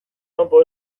kanpo